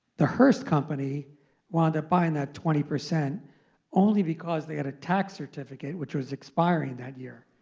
the hearst company wound up buying that twenty percent only because they had a tax certificate which was expiring that year.